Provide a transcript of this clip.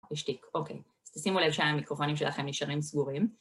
השתיק, אוקיי. אז תשימו לב שהמיקרופונים שלכם נשארים סגורים.